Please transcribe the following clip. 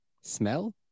Smell